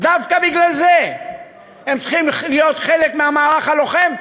דווקא בגלל זה הם צריכים להיות חלק מהמערך הלוחם,